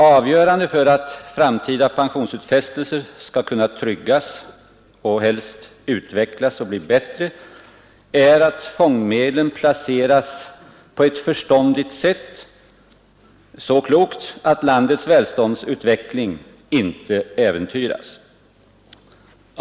Avgörande för att framtida pensionsutfästelser skall kunna tryggas och helst utvecklas och bli bättre är att fondmedlen placeras på ett förståndigt sätt, så klokt att landets välståndsutveckling inte äventyras.